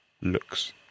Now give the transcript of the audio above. looks